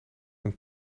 een